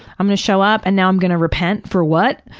i'm gonna show up and now i'm gonna repent, for what?